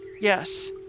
yes